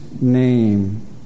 name